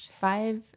five